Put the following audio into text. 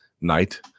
night